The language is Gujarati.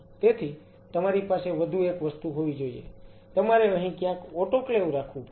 તેથી તમારી પાસે વધુ એક વસ્તુ હોવી જોઈએ તમારે અહીં ક્યાંક ઓટોક્લેવ રાખવું પડશે